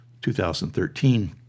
2013